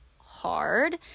hard